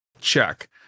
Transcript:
Check